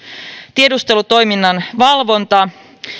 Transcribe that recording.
tiedustelutoiminnan valvonta